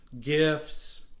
gifts